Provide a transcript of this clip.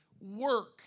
work